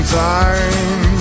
time